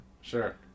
sure